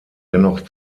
dennoch